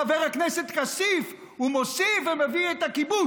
חבר הכנסת כסיף, ומוסיף ומביא את הכיבוש.